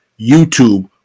youtube